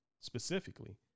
specifically